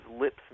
lips